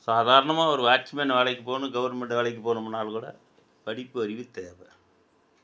சாதாரணமாக ஒரு வாட்ச்மேன் வேலைக்கு போகணும் கவர்மெண்ட்டு வேலைக்கு போகணுமுன்னால் கூட படிப்பு அறிவு தேவை